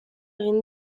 egin